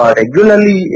regularly